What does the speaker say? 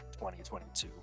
2022